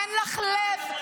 --- אין לך לב.